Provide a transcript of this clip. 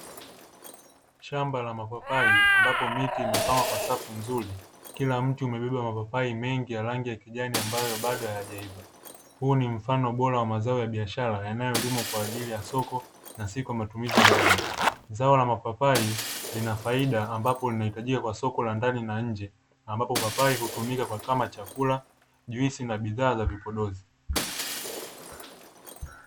Shamba la mapapai ambapo miti imepangwa kwa safu nzuri kila mti umebeba mapapai mengi ya rangi ya kijani ambayo bado hayajaiva, huu ni mfano bora wa mazao ya biashara yanayolimwa kwa ajili ya soko na si kwa matumizi ya ndani. Zao la mapapai lina faida ambapo linahitajika kwa soko la ndani na nje ambapo papai hutumika kama chakula, juisi na vifaa vya vipodozi.